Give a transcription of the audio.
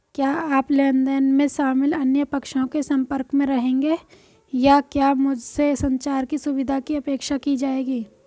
क्या आप लेन देन में शामिल अन्य पक्षों के संपर्क में रहेंगे या क्या मुझसे संचार की सुविधा की अपेक्षा की जाएगी?